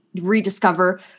rediscover